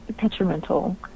detrimental